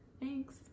Thanks